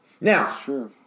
Now